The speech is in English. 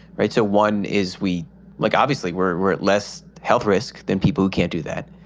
right. so one is we like obviously we're at less health risk than people who can't do that.